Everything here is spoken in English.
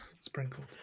Sprinkled